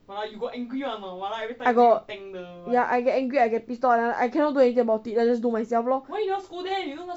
I got ya I get angry I get pissed [one] and I cannot do anything about it I just do myself lor